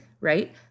Right